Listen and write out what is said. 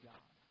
God